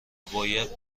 باید